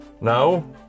No